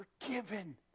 forgiven